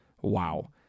wow